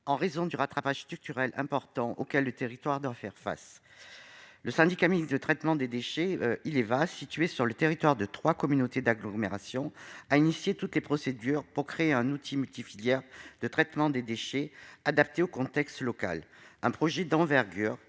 en raison du rattrapage structurel important auquel le territoire doit faire face. Le syndicat mixte de traitement des déchets, Ileva, situé sur le territoire de trois communautés d'agglomération, a engagé toutes les procédures pour créer un outil multifilières de traitement des déchets adapté au contexte local. Ce projet d'envergure